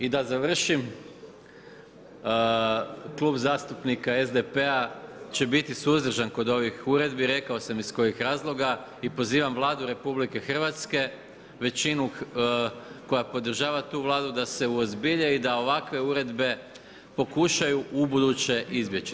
I da završim, Klub zastupnika SDP-a će biti suzdržan kod ovih uredbi, rekao sam iz kojih razloga i pozivam Vlade RH, većinu koja podržava tu Vladu da se uozbilje i da ovakve uredbe pokušaju ubuduće izbjeći.